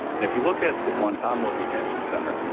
if you look at the guantanamo detention center,